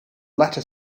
latter